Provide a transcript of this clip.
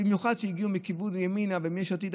במיוחד אלו שהגיעו מכיוון ימינה ומיש עתיד,